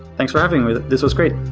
thanks for having me. this was great.